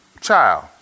child